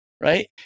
right